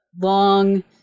long